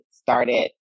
started